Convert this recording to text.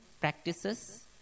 practices